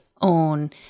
own